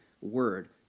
word